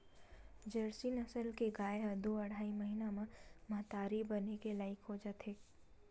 Jersey नसल के गाय ह दू अड़हई महिना म महतारी बने के लइक हो जाथे